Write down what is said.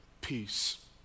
peace